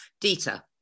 Dita